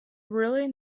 really